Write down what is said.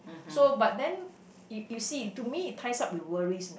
so but then you you see to me it ties up with worries